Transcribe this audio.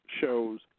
shows